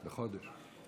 לחודש.